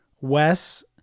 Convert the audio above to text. Wes